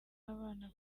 abana